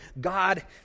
God